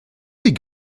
sie